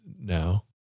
now